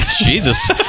Jesus